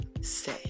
say